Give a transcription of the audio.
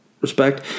respect